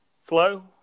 Slow